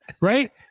right